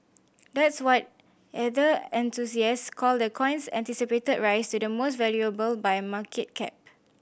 that's what either enthusiasts call the coin's anticipated rise to the most valuable by market cap